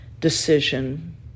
decision